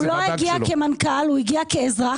הוא לא הגיע כמנכ"ל אלא הוא הגיע כאזרח.